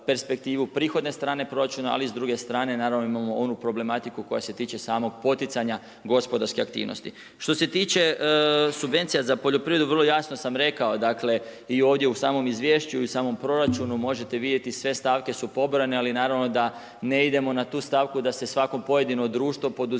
prihodne strane proračuna, ali s druge strane naravno imamo onu problematiku koja se tiče samog poticanja gospodarske aktivnosti. Što se tiče subvencija za poljoprivredu vrlo jasno sam rekao, dakle i ovdje u samom izvješću i samom proračunu možete vidjeti sve stavke su pobrojane. Ali naravno da ne idemo na tu stavku da se svako pojedino društvo, poduzeće